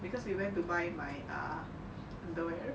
because we went to my err underwear